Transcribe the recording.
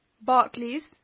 Barclays